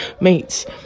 mates